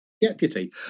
deputy